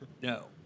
no